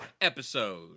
episode